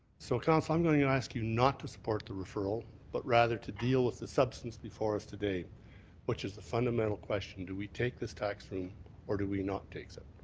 so, council, i'm going to ask you not to support the referral but rather to deal with the substance before us today which is the fundamental question do we take this tax room or do we not take so it?